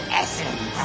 essence